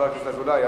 חבר הכנסת אזולאי,